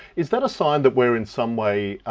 is that a sign that we're, in some way,